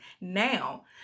now